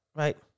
right